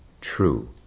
true